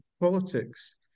politics